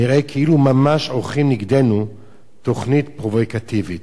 נראה כאילו ממש עורכים נגדנו תוכנית פרובוקטיבית.